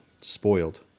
spoiled